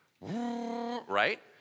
right